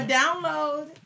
download